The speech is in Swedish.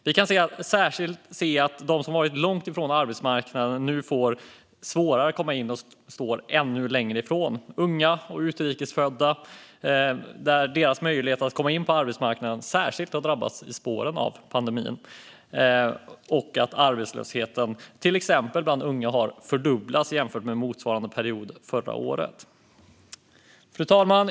Vi kan särskilt se att de som har varit långt ifrån arbetsmarknaden nu får svårare att komma in och står ännu längre ifrån den. Ungas och utrikesföddas möjligheter att komma in på arbetsmarknaden har särskilt drabbats i spåren av pandemin, och arbetslösheten bland unga har fördubblats jämfört med motsvarande period förra året. Fru talman!